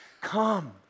Come